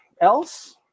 else